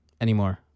anymore